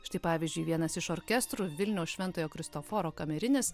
štai pavyzdžiui vienas iš orkestrų vilniaus šventojo kristoforo kamerinis